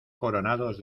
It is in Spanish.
coronados